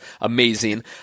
amazing